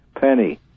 Penny